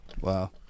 Wow